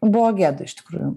buvo gėda iš tikrųjų